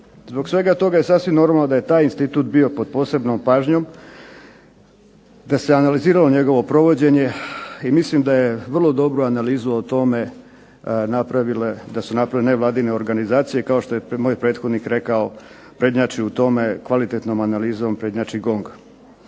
Zbog svega toga je sasvim normalno da je taj institut bio pod posebnom pažnjom, da se analiziralo njegovo provođenje i mislim da je vrlo dobru analizu o tome da su napravile nevladine organizacije kao što je moj prethodnik rekao, prednjači u tome kvalitetnom analizom prednjači GONG.